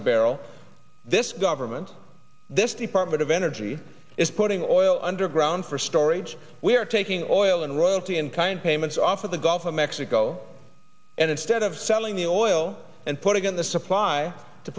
a barrel this government this department of energy is putting oil underground for storage we are taking or oil and royalty and kind payments off of the gulf of mexico and instead of selling the oil and putting in the supply to